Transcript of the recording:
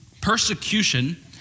persecution